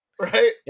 Right